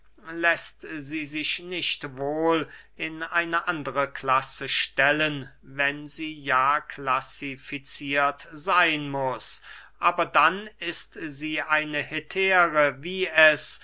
läßt sie sich nicht wohl in eine andre klasse stellen wenn sie ja klassifiziert seyn muß aber dann ist sie eine hetäre wie es